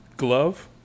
glove